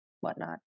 whatnot